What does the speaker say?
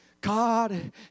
God